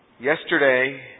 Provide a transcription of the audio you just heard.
yesterday